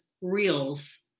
Reels